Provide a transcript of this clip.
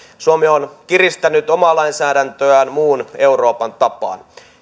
suomi on kiristänyt omaa lainsäädäntöään muun euroopan tapaan